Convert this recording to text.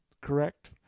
Correct